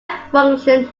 function